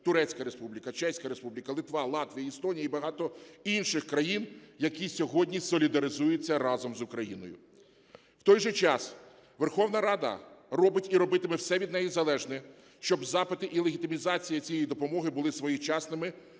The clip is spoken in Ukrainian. Турецька Республіка, Чеська Республіка, Литва, Латвія, Естонія і багато інших країн, які сьогодні солідаризуються разом з Україною. В той же час Верховна Рада робить і робитиме все від неї залежне, щоб запити і легітимізація цієї допомоги були своєчасними,